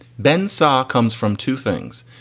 ben sarre comes from two things.